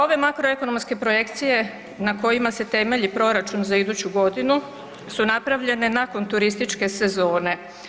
Ove makroekonomske projekcije na kojima se temelji proračun za iduću godinu su napravljene nakon turističke sezone.